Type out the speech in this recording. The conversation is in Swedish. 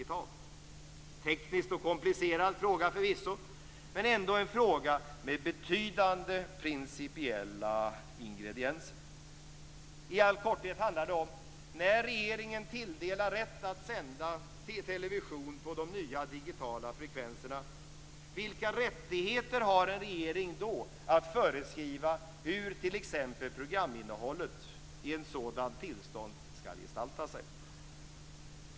Det är förvisso en teknisk och komplicerad fråga, men ändå en fråga med betydande principiella ingredienser. I all korthet handlar det om detta: När regeringen tilldelar rätt att sända television på de nya digitala frekvenserna, vilka rättigheter har regeringen då att föreskriva hur t.ex. programinnehållet i ett sådant tillstånd skall gestalta sig?